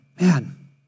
man